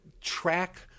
track